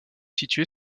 situé